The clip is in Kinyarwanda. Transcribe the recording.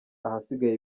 ahasigaye